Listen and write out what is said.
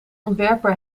ontwerper